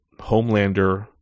Homelander